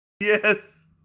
yes